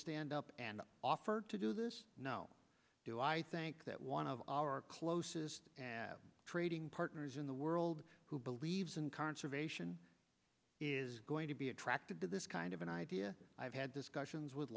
stand up and offer to do this no do i think that one of our closest trading partners in the world who believes in conservation is going to be attracted to this kind of an idea i've had discussions with